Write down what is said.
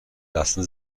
lassen